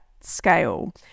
scale